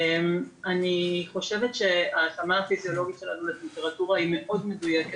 אני חושבת שההתאמה הפיזיולוגית שלנו לטמפרטורה היא מאוד מדויקת,